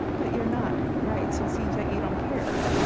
but you're not, right, so it seems like you don't care.